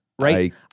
Right